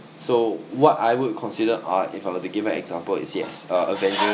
so what I would consider art if I were to give an example is yes avenger